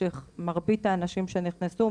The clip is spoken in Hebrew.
שמרבית האנשים שנכנסו,